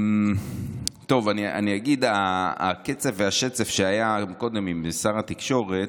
אני אגיד, הקצף והשצף שהיו קודם עם שר התקשורת